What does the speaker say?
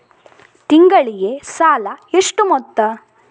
ತಿಂಗಳಿಗೆ ಸಾಲ ಎಷ್ಟು ಮೊತ್ತ?